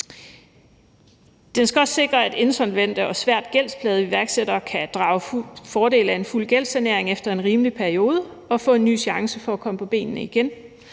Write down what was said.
Det skal også sikre, at insolvente og svært gældsplagede iværksættere kan drage fordel af en fuld gældssanering efter en rimelig periode og få en ny chance for at komme på benene igen.